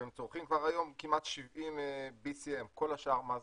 והיא צורכת כבר היום כמעט 70 BCM. כל השאר מה זה?